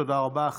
תודה רבה.